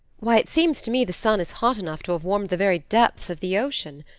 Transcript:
why, it seems to me the sun is hot enough to have warmed the very depths of the ocean.